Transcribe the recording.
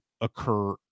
occur